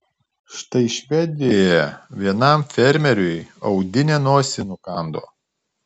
štai švedijoje vienam fermeriui audinė nosį nukando